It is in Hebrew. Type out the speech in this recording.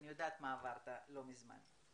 אני יודעת מה עברת לא מזמן.